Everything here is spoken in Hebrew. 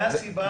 זה הסיבה.